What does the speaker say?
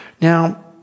Now